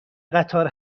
قطار